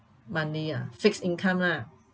monthly ah fixed income lah